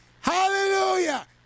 hallelujah